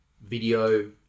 video